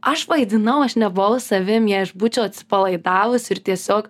aš vaidinau aš nebuvau savim jei aš būčiau atsipalaidavus ir tiesiog